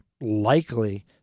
likely